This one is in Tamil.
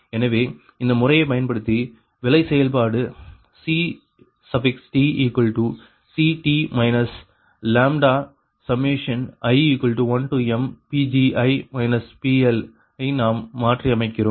எனவே இந்த முறையை பயன்படுத்தி விலை செயல்பாடு CTCT λi1mPgi PL ஐ நாம் மாற்றியமைக்கிறோம்